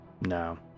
no